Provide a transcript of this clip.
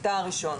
המקטע הראשון.